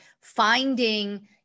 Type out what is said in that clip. finding